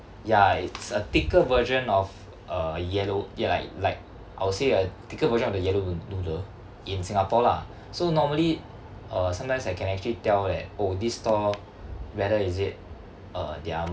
ya it's a thicker version of uh yellow ya like like I would say a thicker version of the yellow noo~ noodle in singapore lah so normally uh sometimes I can actually tell that oh this stall whether is it uh they're